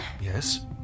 Yes